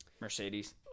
Mercedes